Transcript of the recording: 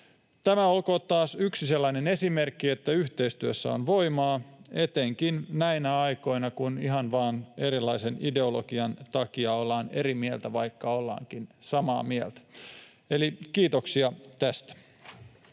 tämä olkoon taas yksi sellainen esimerkki, että yhteistyössä on voimaa, etenkin näinä aikoina, kun ihan vaan erilaisen ideologian takia ollaan eri mieltä, vaikka ollaankin samaa mieltä. Eli kiitoksia tästä.